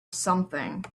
something